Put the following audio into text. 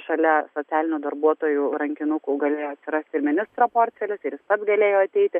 šalia socialinių darbuotojų rankinukų galėjo atsirasti ir ministro portfelis ir pats galėjo ateiti